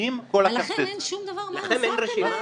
עם כל ה --- לכם אין שום דבר מה מסרתם להם?